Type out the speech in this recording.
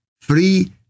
free